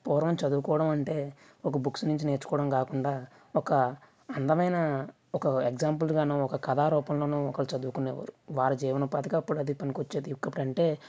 పూర్వం చదువుకోవడం అంటే ఒక బుక్స్ నుంచి నేర్చుకోవడం కాకుండా ఒక అందమైన ఒక ఎగ్జాంపుల్గానో ఒక కథా రూపంలోనూ చదువుకునేవారు వారి జీవనోపాధిగా కూడా అది పనికి వచ్చేది ఎందుకంటే